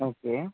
okay